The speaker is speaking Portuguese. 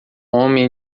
homem